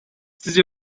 sizce